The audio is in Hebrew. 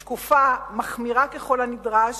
שקופה, מחמירה ככל הנדרש,